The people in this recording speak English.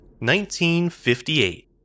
1958